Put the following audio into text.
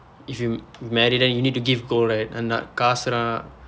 if you marry then you need to give gold right அந்த காசு எல்லாம்:andtha kaasu ellaam